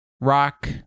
Rock